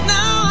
Now